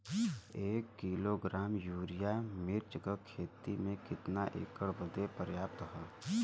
एक kilogram urea मिर्च क खेती में कितना एकड़ बदे पर्याप्त ह?